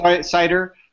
cider